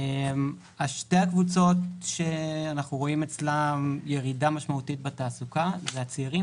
שתי הקבוצות שאנחנו רואים אצלן ירידה משמעותית בתעסוקה זה הצעירים